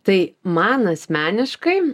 tai man asmeniškai